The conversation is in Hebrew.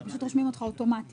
הם פשוט רושמים אותך אוטומטית.